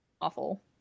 awful